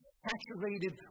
saturated